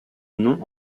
nom